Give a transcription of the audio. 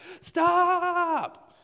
Stop